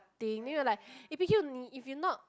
they knew it like eh P_Q i if you not